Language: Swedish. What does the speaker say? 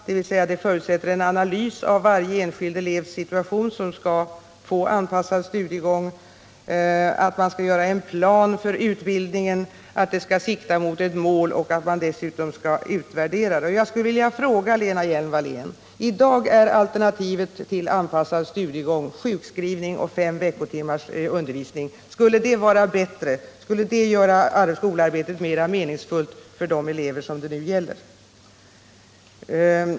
Det förutsätter en analys av situationen för varje enskild elev som skall få anpassad studiegång, man skall göra en plan för utbildning, den skall sikta mot ett mål och dessutom skall man göra en utvärdering. Jag skulle vilja ställa en fråga till Lena Hjelm-Wallén: I dag är alternativet till anpassad studiegång sjukskrivning och fem veckotimmars undervisning. Skulle det göra skolarbetet mer meningsfullt för de elever som det nu gäller?